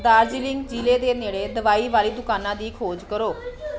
ਦਾਰਜੀਲਿੰਗ ਜ਼ਿਲ੍ਹੇ ਦੇ ਨੇੜੇ ਦਵਾਈ ਵਾਲੀ ਦੁਕਾਨਾਂ ਦੀ ਖੋਜ ਕਰੋ